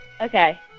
Okay